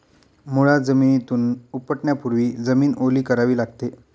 मुळा जमिनीतून उपटण्यापूर्वी जमीन ओली करावी लागते